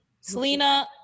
Selena